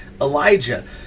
Elijah